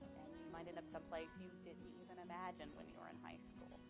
might end up someplace you didn't even imagine when you were in high school.